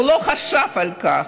הוא לא חשב על כך.